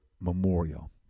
Memorial